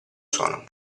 sono